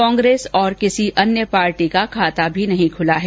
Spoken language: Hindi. कांग्रेस और किसी अन्य पार्टी का खाता भी नहीं खुला है